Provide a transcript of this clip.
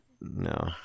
No